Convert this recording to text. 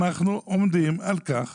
אנחנו עומדים על כך